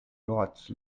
juhatuse